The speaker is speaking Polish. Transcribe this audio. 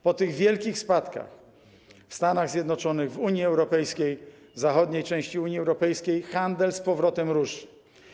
Po tych wielkich spadkach w Stanach Zjednoczonych, w Unii Europejskiej, zachodniej części Unii Europejskiej handel z powrotem ruszy.